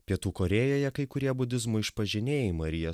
pietų korėjoje kai kurie budizmo išpažinėjai mariją